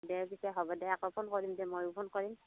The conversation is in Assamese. দে পিছে হ'ব দে আকৌ ফোন কৰিম দে ময়ো ফোন কৰিম